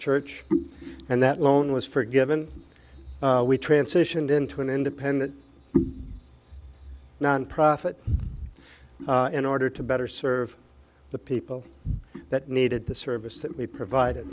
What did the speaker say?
church and that loan was forgiven we transitioned into an independent nonprofit in order to better serve the people that needed the services that we provided